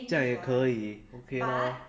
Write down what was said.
这样也可以